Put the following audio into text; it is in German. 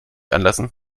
anlassen